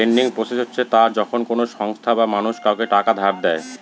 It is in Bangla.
লেন্ডিং প্রসেস হচ্ছে তা যখন কোনো সংস্থা বা মানুষ কাউকে টাকা ধার দেয়